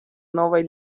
новой